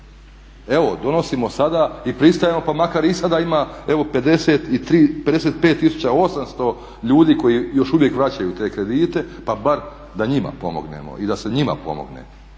Evo donosimo sada i pristajemo pa makar i sada ima evo 55 tisuća 800 ljudi koji još uvijek vraćaju te kredite pa bar da njima pomognemo i da se njima pomogne